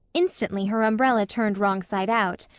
instantly her umbrella turned wrong side out.